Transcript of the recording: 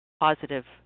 positive